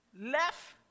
left